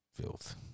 filth